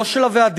לא של הוועדים,